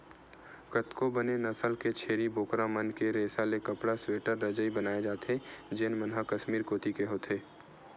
कतको बने नसल के छेरी बोकरा मन के रेसा ले कपड़ा, स्वेटर, रजई बनाए जाथे जेन मन ह कस्मीर कोती के होथे